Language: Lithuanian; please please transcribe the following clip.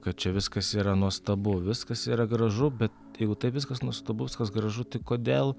kad čia viskas yra nuostabu viskas yra gražu bet jeigu taip viskas nuostabu viskas gražu tai kodėl